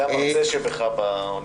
זה המרצה שבך באוניברסיטה.